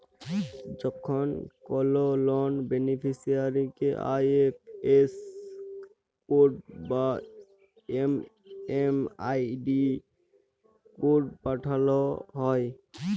যখন কল লন বেনিফিসিরইকে আই.এফ.এস কড বা এম.এম.আই.ডি কড পাঠাল হ্যয়